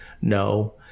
No